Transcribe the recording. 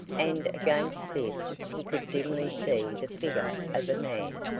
and against this he could dimly see the figure of a man,